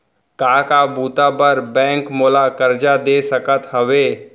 का का बुता बर बैंक मोला करजा दे सकत हवे?